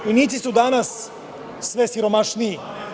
Vojnici su danas sve siromašniji.